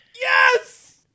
Yes